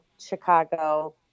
Chicago